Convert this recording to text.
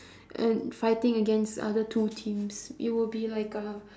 and fighting against other two teams it would be like a